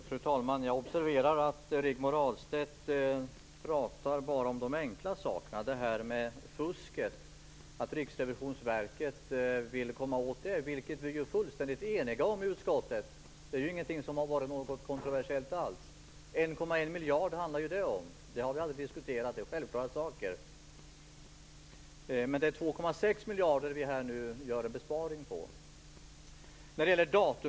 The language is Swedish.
Fru talman! Jag observerar att Rigmor Ahlstedt bara pratar om de enkla sakerna. Riksrevisionsverket vill komma åt fusket, och det riktiga i det är vi fullständigt eniga om i utskottet. Det är inget kontroversiellt alls. 1,1 miljarder handlar det om. Det har vi aldrig diskuterat. Det är självklara saker. Det är 2,6 miljarder vi nu gör en besparing på.